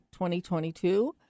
2022